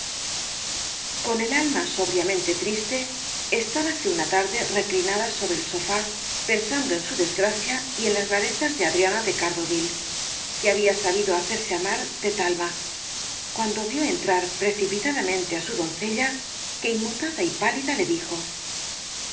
con el alma sobriamente triste estábase una tarde reclinada sobre el sofá pensando en su desgracia y en las rarezas de adriana de cardoville que había sabido hacerse amar de jdalma cuando vio entrar precipitadamente á su doncella quien inmutada y pálida le dijo